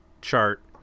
chart